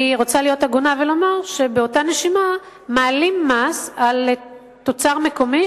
אני רוצה להיות הגונה ולומר שבאותה נשימה מעלים מס על תוצר מקומי,